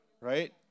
Right